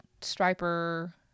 striper